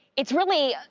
it's really,